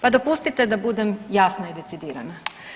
Pa dopustite da budem jasna i decidirana.